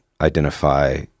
identify